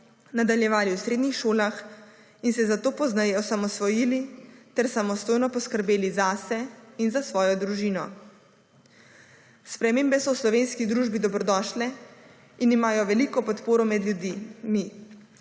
nadaljevali v srednjih šolah in se zato pozneje osamosvojili ter samostojno poskrbeli zase in za svojo družino. Spremembe so v slovenski družbi dobrodošle in imajo veliko podporo med ljudmi,